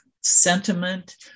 sentiment